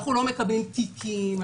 אנחנו לא מקבלים תיקים.